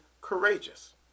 courageous